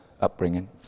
upbringing